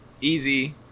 Easy